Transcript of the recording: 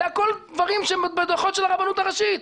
זה הכול דברים שבדוחות של הרבנות הראשית.